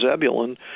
Zebulun